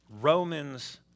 Romans